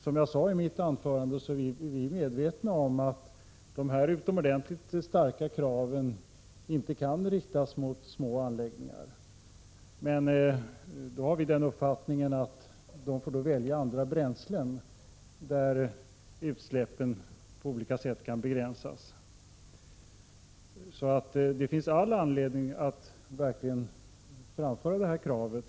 Som jag sade i mitt anförande är vi medvetna om att dessa utomordentligt starka krav inte kan riktas mot små anläggningar, men de får då enligt vår uppfattning välja andra bränslen, där utsläppen på olika sätt kan begränsas. Det finns all anledning att verkligen framföra de här kraven.